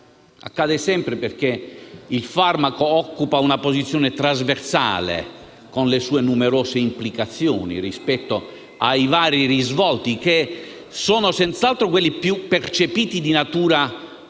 quasi sempre, perché esso occupa una posizione trasversale, con le sue numerose implicazioni rispetto ai vari risvolti, che sono senz'altro quelli più percepiti, di natura